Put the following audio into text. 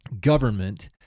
government